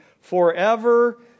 forever